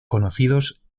conocidos